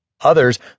Others